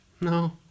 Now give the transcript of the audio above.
no